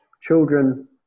Children